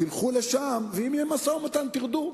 תלכו לשם, ואם יהיה משא-ומתן, תרדו.